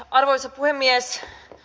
arvoisa puhemies